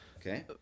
Okay